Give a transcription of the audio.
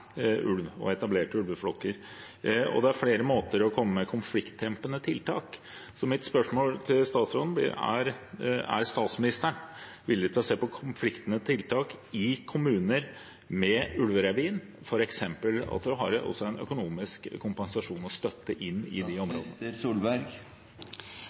flere måter å komme med konfliktdempende tiltak på. Mitt spørsmål til statsministeren er: Er statsministeren villig til å se på konfliktdempende tiltak i kommuner med ulverevir, f.eks. at en også har en økonomisk kompensasjon og støtte i